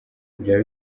byaba